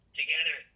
together